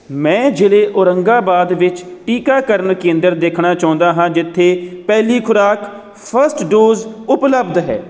ਮੈਂ ਜ਼ਿਲ੍ਹੇ ਔਰੰਗਾਬਾਦ ਵਿੱਚ ਟੀਕਾਕਰਨ ਕੇਂਦਰ ਦੇਖਣਾ ਚਾਹੁੰਦਾ ਹਾਂ ਜਿੱਥੇ ਪਹਿਲੀ ਖੁਰਾਕ ਫਸਟ ਡੋਸ ਉਪਲੱਬਧ ਹੈ